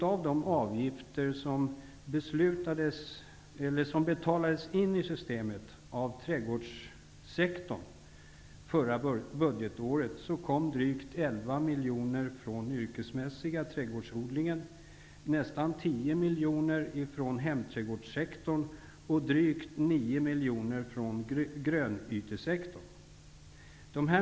Av de avgifter som betalades in i systemet av trädgårdssektorn förra budgetåret kom drygt 11 miljoner kronor från yrkesmässig trädgårdsodling, nästan 10 miljoner kronor från hemträdgårdssektorn och drygt 9 miljoner kronor från grönytesektorn.